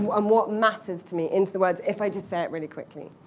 what um what matters to me into the words if i just say it really quickly.